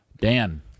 Dan